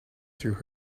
through